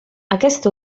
aquest